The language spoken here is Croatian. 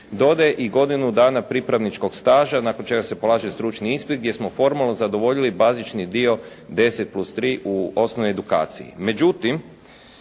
dodaje i godinu dana pripravničkog staža nakon čega se polaže stručni ispit gdje smo formalno zadovoljili bazični dio 10+3 u osnovnoj edukaciji.